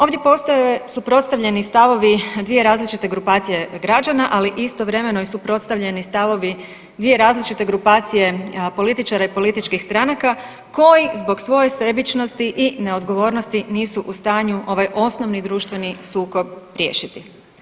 Ovdje postoje suprotstavljeni stavovi dvije različite grupacije građana, ali istovremeno i suprotstavljeni stavovi dvije različite grupacije političara i političkih stranaka koji zbog svoje sebičnosti i neodgovornosti nisu u stanju ovaj osnovi društveni sukob riješiti.